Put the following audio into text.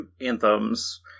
anthems